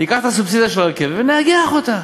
ניקח את הסובסידיה של הרכבת, ונאגח אותה.